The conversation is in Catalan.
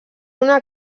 una